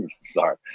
sorry